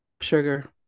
sugar